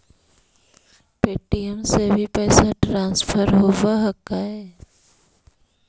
Paytm से भी पैसा ट्रांसफर होवहकै?